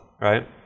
right